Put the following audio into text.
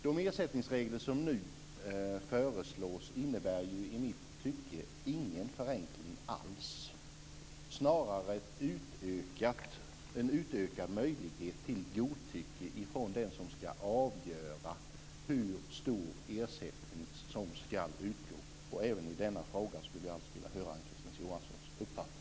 De ersättningsregler som nu föreslås innebär i mitt tycke ingen förenkling alls, snarare en utökad möjlighet till godtycke från den som skall avgöra hur stor ersättning som skall utgå. Även i den frågan vill jag höra Ann-Kristine Johanssons uppfattning.